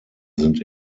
sind